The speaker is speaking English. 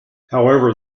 however